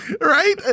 Right